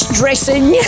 dressing